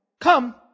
Come